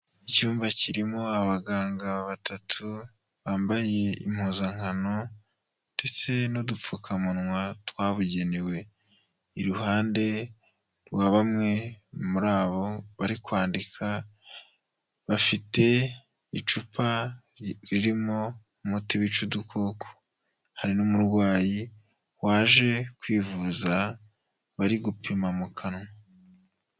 Icyumba kirimo abaganga batatu, bambaye impuzankano ndetse n'udupfukamunwa twabugenewe. Iruhande rwa bamwe muri abo bari kwandika bafite icupa ririmo umuti wica udukoko. Hari n'umurwayi waje kwivuza bari gupima mu kanwa.